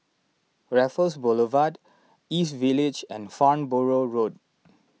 Raffles Boulevard East Village and Farnborough Road